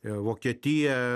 ir vokietija